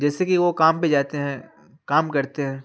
جیسے کہ وہ کام پہ جاتے ہیں کام کرتے ہیں